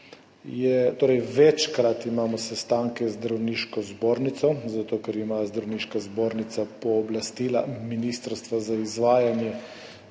Večkrat imamo sestanke z Zdravniško zbornico, zato ker ima Zdravniška zbornica pooblastila ministrstva za izvajanje